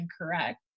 incorrect